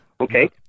Okay